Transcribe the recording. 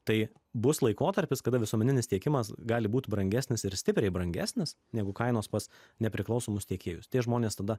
tai bus laikotarpis kada visuomeninis tiekimas gali būt brangesnis ir stipriai brangesnis negu kainos pas nepriklausomus tiekėjus tie žmonės tada